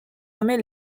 nommés